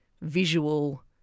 visual